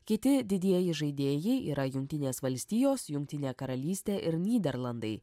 kiti didieji žaidėjai yra jungtinės valstijos jungtinė karalystė ir nyderlandai